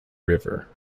river